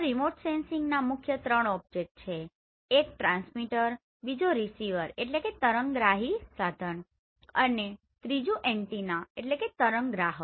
તો remote sensing ના મુખ્ય ત્રણ ઓબ્જેક્ટ છે એક ટ્રાન્સમીટર બીજો રીસીવરReceiverતરંગગ્રાહી સાધન અને ત્રીજું એન્ટીનાAntennaતરંગ ગ્રાહક